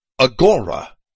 Agora